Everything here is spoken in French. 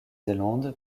zélande